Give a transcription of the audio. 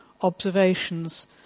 observations